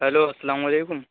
hello السّلام علیکم